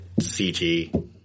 CG